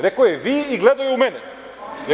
Rekao je – vi i gledao u mene.